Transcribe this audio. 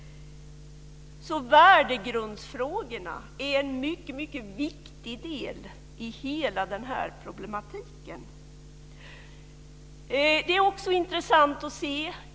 Värdegrundsfrågorna är alltså en mycket viktig del i hela den här problematiken. En annan sak är också intressant.